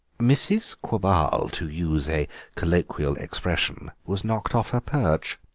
mrs. quabarl, to use a colloquial expression, was knocked off her perch.